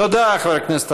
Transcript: תודה, חבר הכנסת